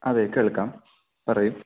അതെ കേൾക്കാം പറയൂ